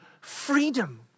freedom